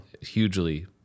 Hugely